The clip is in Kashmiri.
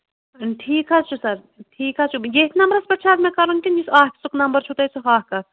ٹھیٖک حظ چھُ سَر ٹھیٖک حظ چھُ ییٚتھۍ نمبرَس پٮ۪ٹھ چھا حظ مےٚ کَرُن کِنہٕ یُس آفسُک نمبر چھُو تۄہہِ سُہ ہاکھ اَکھ